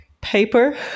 paper